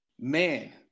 man